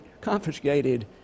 confiscated